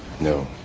No